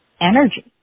energy